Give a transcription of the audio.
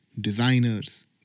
designers